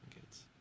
Kids